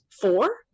four